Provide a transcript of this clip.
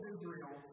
Israel